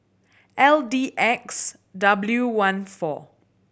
L D X W one four